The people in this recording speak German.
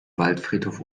waldfriedhof